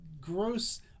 gross